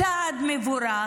צעד מבורך.